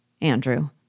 Andrew